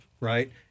right